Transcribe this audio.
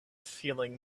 feeling